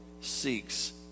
seeks